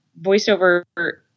voiceover